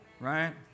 Right